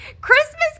Christmas